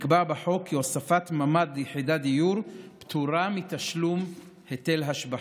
נקבע בחוק כי הוספת ממ"ד ליחידת דיור פטורה מתשלום היטל השבחה.